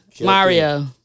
Mario